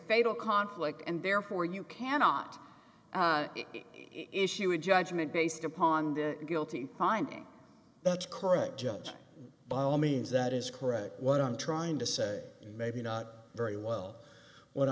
fatal conflict and therefore you cannot issue a judgment based upon the guilty finding that's correct judging by all means that is correct what i'm trying to say maybe not very well what